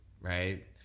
right